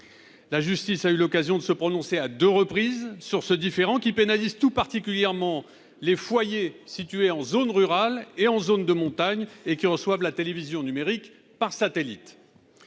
la justice a eu l'occasion de se prononcer, à 2 reprises sur ce différend qui pénalisent tout particulièrement les foyers situés en zone rurale et en zone de montagne et qui reçoivent la télévision numérique par satellite,